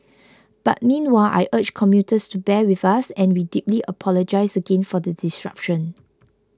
but meanwhile I urge commuters to bear with us and we deeply apologise again for the disruption